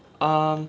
err